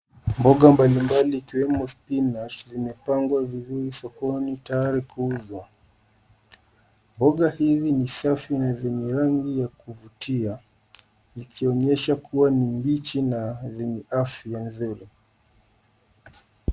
Mboga mbalimbali ikiwemo spinach vimepangwa vizuri sokoni tayari kuuzwa. Mboga hivi ni safi na zenye rangi ya kuvutia likionyesha kuwa ni mbichi na yenye afya mzuri.